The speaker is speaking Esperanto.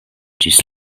ĝis